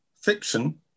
fiction